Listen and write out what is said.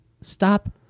stop